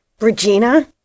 Regina